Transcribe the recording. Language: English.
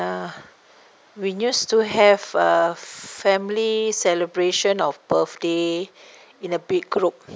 uh we used to have uh family celebration of birthday in a big group